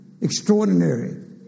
extraordinary